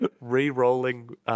re-rolling